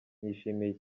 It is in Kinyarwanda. nshimiye